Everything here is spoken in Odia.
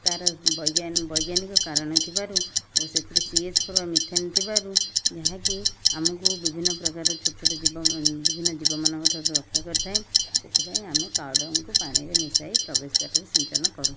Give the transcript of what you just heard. ତାର ବୈଜ୍ଞା ବୈଜ୍ଞାନିକ କାରଣ ଥିବାରୁ ଓ ସେଥିରେ ସି ଏଚ ଫୋର ବା ମିଥେନ ଥିବାରୁ ଯାହାକି ଆମକୁ ବିଭିନ୍ନପ୍ରକାର ଛୋଟ ଛୋଟ ଜୀବ ବିଭିନ୍ନ ଜୀବମାନଙ୍କ ଠାରୁ ରକ୍ଷା କରିଥାଏ ସେଥିପାଇଁ ଆମେ କାଓଡ଼ଙ୍ଗକୁ ପାଣିରେ ମିଶାଇ ପ୍ରବେଶ ଦ୍ଵାରରେ ସିଞ୍ଚନ କରୁ